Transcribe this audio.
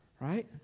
right